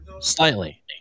Slightly